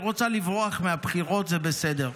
היא רוצה לברוח מהבחירות, זה בסדר.